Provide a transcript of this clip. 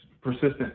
persistent